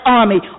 army